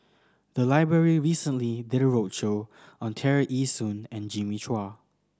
the library recently did a roadshow on Tear Ee Soon and Jimmy Chua